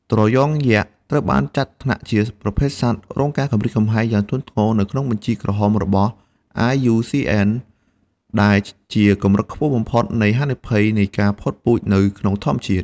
ត្រយងយក្ស ត្រូវបានចាត់ថ្នាក់ជាប្រភេទសត្វ រងការគំរាមកំហែងយ៉ាងធ្ងន់ធ្ងរ នៅក្នុងបញ្ជីក្រហមរបស់ IUCN ដែលជាកម្រិតខ្ពស់បំផុតនៃហានិភ័យនៃការផុតពូជនៅក្នុងធម្មជាតិ។